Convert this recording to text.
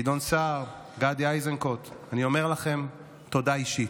גדעון סער, גדי איזנקוט, אני אומר לכם תודה אישית.